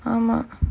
ah